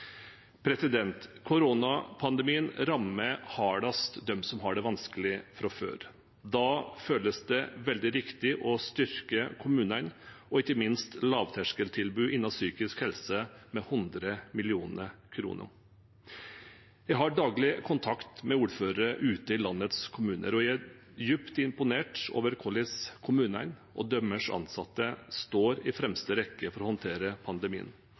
Koronapandemien rammer hardest dem som har det vanskelig fra før. Da føles det veldig riktig å styrke kommunene, og ikke minst lavterskeltilbud innen psykisk helse, med 100 mill. kr. Jeg har daglig kontakt med ordførere ute i landets kommuner, og jeg er dypt imponert over hvordan kommunene og deres ansatte står i fremste rekke for å håndtere pandemien.